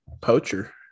poacher